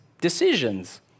decisions